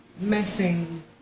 Messing